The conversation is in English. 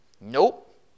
nope